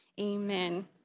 Amen